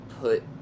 put